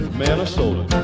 minnesota